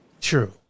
True